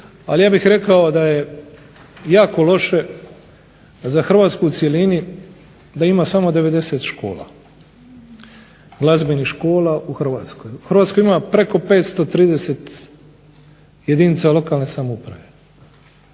ali ja bih rekao da je jako loše za Hrvatsku u cjelini da ima samo 90 škola. Glazbenih škola, u Hrvatskoj ima preko 530 jedinica lokalne samouprave.